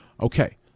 Okay